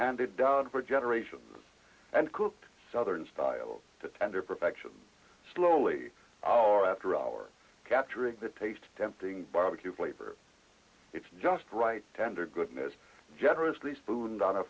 handed down for generations and cooked southern style of tender perfection slowly hour after hour capturing the taste tempting barbecue flavor it's just right tender goodness generously food on a